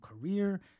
career